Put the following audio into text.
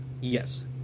Yes